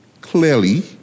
clearly